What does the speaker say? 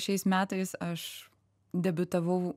šiais metais aš debiutavau